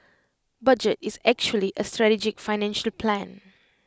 budget is actually A strategic financial plan